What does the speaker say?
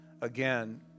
Again